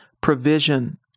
provision